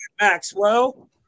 maxwell